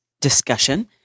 discussion